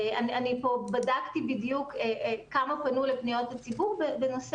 בדקתי כמה פנו לפניות הציבור בנושא